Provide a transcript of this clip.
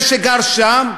זה שגר שם,